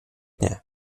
nie